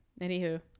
anywho